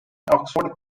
oxford